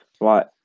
Right